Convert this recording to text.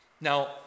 Now